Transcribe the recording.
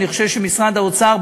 ואני חושב שמשרד האוצר,